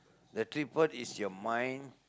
the three part is your mind